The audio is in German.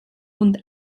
und